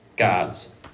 gods